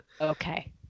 Okay